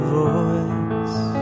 voice